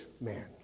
man